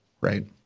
Right